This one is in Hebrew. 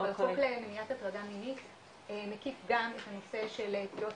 אבל חוק למניעת הטרדה מינית מקיף גם את הנושא של תביעות